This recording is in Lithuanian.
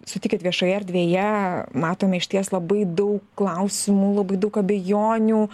sutikit viešoje erdvėje matome išties labai daug klausimų labai daug abejonių